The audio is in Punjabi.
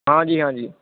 ਹਾਂਜੀ ਹਾਂਜੀ